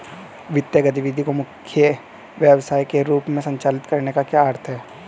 वित्तीय गतिविधि को मुख्य व्यवसाय के रूप में संचालित करने का क्या अर्थ है?